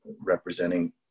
representing